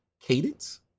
cadence